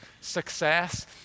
Success